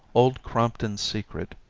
old crompton's secret,